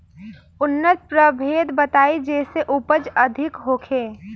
उन्नत प्रभेद बताई जेसे उपज अधिक होखे?